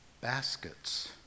baskets